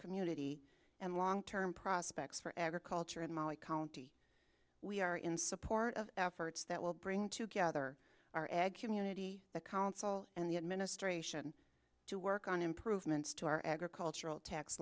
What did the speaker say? community and long term prospects for agriculture in mali county we are in support of efforts that will bring to gather our ag community the council and the administration to work on improvements to our agricultural tax